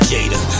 Jada